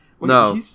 No